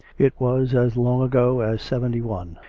it was as long ago as seventy one,